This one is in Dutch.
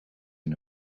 een